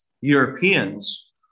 Europeans